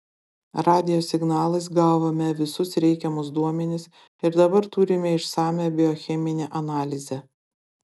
radijo signalais gavome visus reikiamus duomenis ir dabar turime išsamią biocheminę analizę